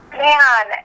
man